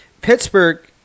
Pittsburgh